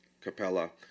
Capella